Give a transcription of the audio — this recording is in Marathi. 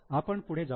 आपण पुढे जाऊ या